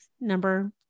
number